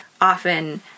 often